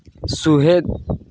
ᱥᱩᱦᱮᱫ